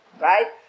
right